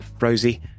Rosie